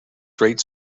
great